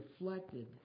reflected